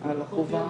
זה ללא עלות.